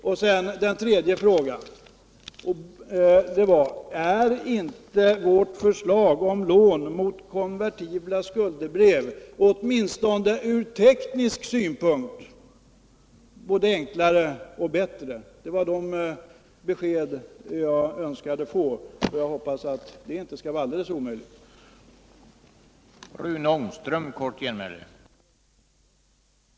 Min tredje fråga var: Är inte vårt förslag om lån mot konvertibla skuldebrev åtminstone ur teknisk synvinkel både enklare och bättre? Det var besked om detta jag önskade få, och jag hoppas att det inte skall vara alldeles omöjligt att ge dem.